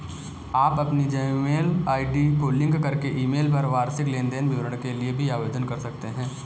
आप अपनी Gmail ID को लिंक करके ईमेल पर वार्षिक लेन देन विवरण के लिए भी आवेदन कर सकते हैं